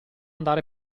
andare